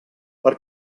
per